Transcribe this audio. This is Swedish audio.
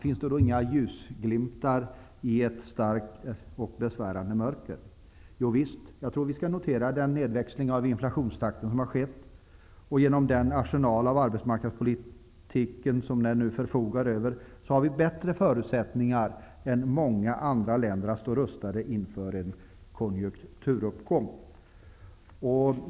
Finns det då inga ljusglimtar i det besvärande mörkret? Jovisst. Jag tror att vi skall notera den nedväxling av inflationstakten som har skett. Genom den arsenal som arbetsmarknadspolitiken nu förfogar över har vi bättre förutsättningar än många andra länder att stå rustade inför en konjunkturuppgång.